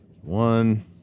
One